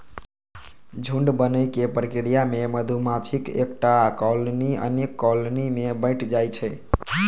झुंड बनै के प्रक्रिया मे मधुमाछीक एकटा कॉलनी अनेक कॉलनी मे बंटि जाइ छै